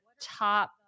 top